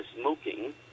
smoking